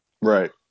right